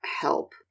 help